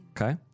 Okay